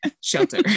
shelter